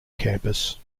campus